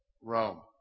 Rome